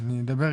אני אדבר,